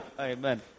Amen